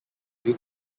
due